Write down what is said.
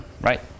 right